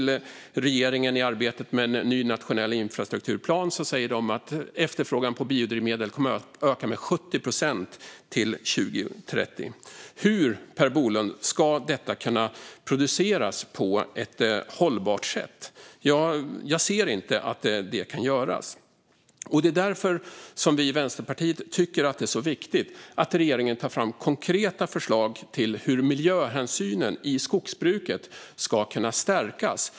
I samband med arbetet med en ny nationell infrastrukturplan säger Trafikverket till regeringen att efterfrågan på biodrivmedel kommer att öka med 70 procent till 2030. Hur, Per Bolund, ska detta kunna produceras på ett hållbart sätt? Jag ser inte att det kan göras. Det är därför vi i Vänsterpartiet tycker att det är så viktigt att regeringen tar fram konkreta förslag om hur miljöhänsynen i skogsbruket ska kunna stärkas.